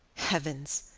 heavens!